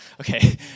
Okay